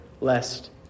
lest